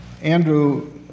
Andrew